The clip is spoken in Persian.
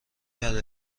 ادا